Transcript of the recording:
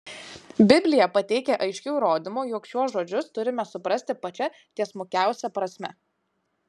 biblija pateikia aiškių įrodymų jog šiuos žodžius turime suprasti pačia tiesmukiausia prasme